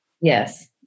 Yes